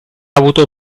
avuto